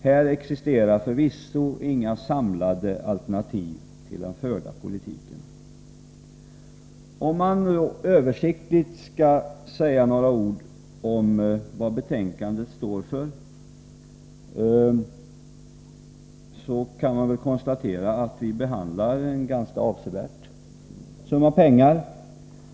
Här existerar förvisso inga samlade alternativ till den förda politiken. Om man översiktligt skall säga några ord om vad betänkandet står för, kan man konstatera att vi behandlar en ganska avsevärd summa pengar.